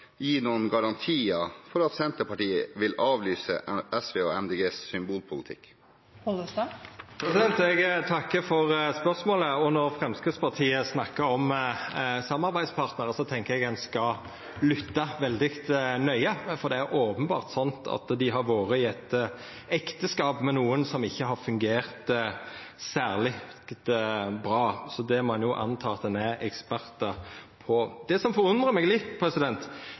gi noen garantier for at Senterpartiet vil avlyse SV og Miljøpartiet De Grønnes symbolpolitikk? Eg takkar for spørsmålet. Når Framstegspartiet snakkar om samarbeidspartnarar, tenkjer eg ein skal lytta veldig nøye, for det er openbert sånn at dei har vore i eit ekteskap med nokon som ikkje har fungert særleg bra, så det må ein anta at dei er ekspertar på. Det som forundrar meg litt,